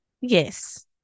Yes